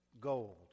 gold